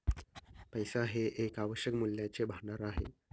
पैसा हे एक आवश्यक मूल्याचे भांडार आहे